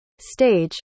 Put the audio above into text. stage